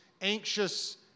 anxious